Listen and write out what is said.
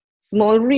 small